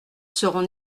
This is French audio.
seront